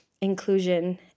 inclusion